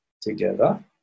together